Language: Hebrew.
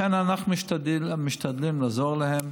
לכן, אנחנו משתדלים לעזור להם,